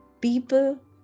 people